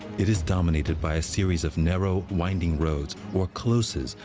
it is dominated by a series of narrow, winding roads, or closes,